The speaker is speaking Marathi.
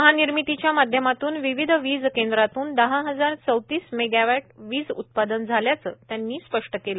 महानिर्मितीच्या माध्यमातून विविध वीज केंद्रातून दहा हजार चौतीस मेगावॅट वीज उत्पादन झाल्याच त्यांनी स्पष्ट केलं